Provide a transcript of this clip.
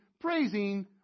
praising